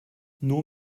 nur